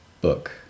book